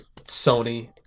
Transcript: Sony